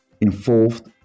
involved